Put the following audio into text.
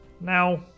now